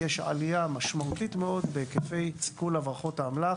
יש עלייה משמעותית מאוד בהיקפי סיכול הברחות האמל"ח